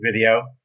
video